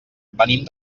venim